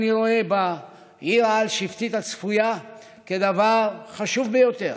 אני רואה בעיר העל-שבטית הצפויה דבר חשוב ביותר.